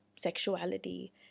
sexuality